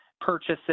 purchases